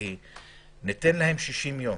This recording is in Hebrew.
שניתן להם 60 יום.